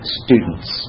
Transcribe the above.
students